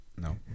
no